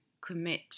commit